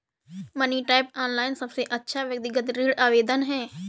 money tap, online सबसे अच्छा व्यक्तिगत ऋण आवेदन है